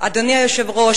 אדוני היושב-ראש,